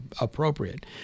appropriate